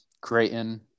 Creighton